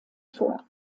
vor